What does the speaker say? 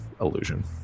illusion